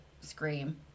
Scream